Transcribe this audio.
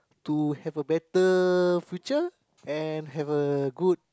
to have a better future and have a good